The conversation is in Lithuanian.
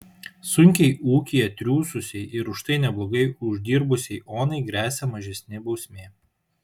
sunkiai ūkyje triūsusiai ir už tai neblogai uždirbusiai onai gresia mažesnė bausmė